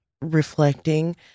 reflecting